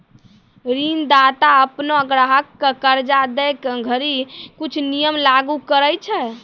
ऋणदाता अपनो ग्राहक क कर्जा दै घड़ी कुछ नियम लागू करय छै